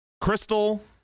Crystal